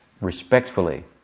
respectfully